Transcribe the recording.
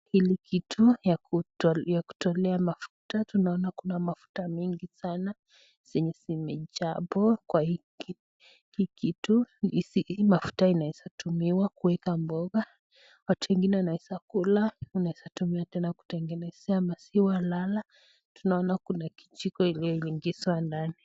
Kitu ya kutolea mafuta. Tunaona kuna mafuta mengi sana zenye zimejaa hapo kwa hii kitu. Hii mafuta inaweza tumiwa kuweka mboga. Watu wengine wanaweza kula, unaweza tumia tena kutengenezea maziwa lala. Tunaona kuna kijiko iliyoingizwa ndani.